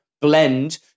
blend